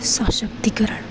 સશક્તિકરણ